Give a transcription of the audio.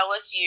LSU